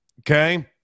okay